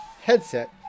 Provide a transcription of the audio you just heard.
headset